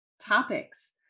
topics